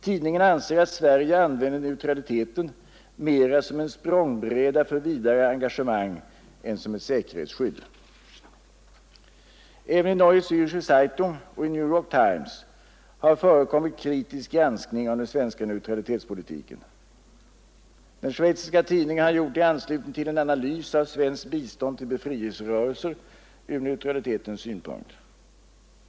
Tidningen anser att Sverige använder neutraliteten mera som en språngbräda för vidare engagemang än som ett säkerhetsskydd. Även i Neue Ziricher Zeitung och i New York Times har förekommit kritisk granskning av den svenska neutralitetspolitiken. Den schweiziska tidningen har gjort det i anslutning till en analys av svenskt bistånd till befrielserörelser från neutralitetens synpunkt.